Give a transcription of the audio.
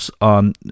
on